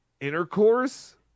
intercourse